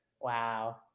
wow